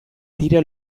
dira